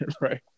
Right